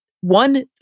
one